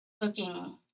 booking